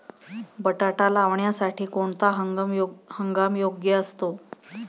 बटाटा लावण्यासाठी कोणता हंगाम योग्य असतो?